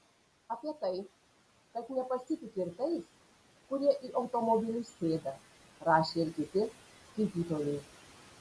apie tai kad nepasitiki ir tais kurie į automobilius sėda rašė ir kiti skaitytojai